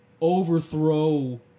overthrow